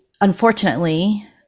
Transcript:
unfortunately